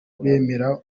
bemera